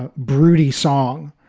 ah broody song,